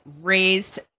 raised